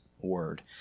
Word